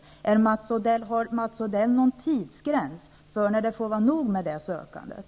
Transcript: Har Mats Odell någon tidsgräns för när det får vara nog med sökandet?